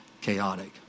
chaotic